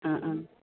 ആ ആ